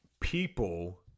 people